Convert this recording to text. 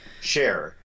share